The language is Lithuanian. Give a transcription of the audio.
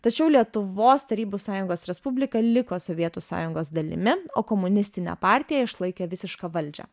tačiau lietuvos tarybų sąjungos respublika liko sovietų sąjungos dalimi o komunistinė partija išlaikė visišką valdžią